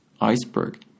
iceberg